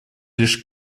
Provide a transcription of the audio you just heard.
лишь